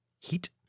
Heat